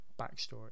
backstory